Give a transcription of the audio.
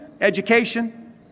education